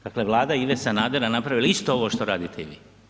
Dakle, vlada Ive Sanadera je napravila isto ovo što radite i vi.